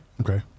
Okay